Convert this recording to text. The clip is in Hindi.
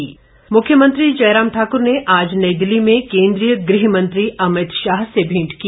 मुख्यमंत्री मुख्यमंत्री जयराम ठाकुर ने आज नई दिल्ली में केंद्रीय गृह मंत्री अमित शाह से भेंट की